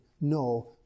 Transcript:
no